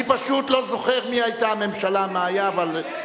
אני פשוט לא זוכר מי היתה הממשלה ומי היה.